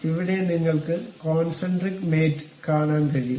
ഇവിടെ നിങ്ങൾക്ക് concentric mate കാണാൻ കഴിയും